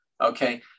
okay